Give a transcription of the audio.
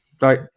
right